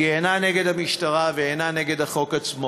והיא אינה נגד המשטרה ואינה נגד החוק עצמו.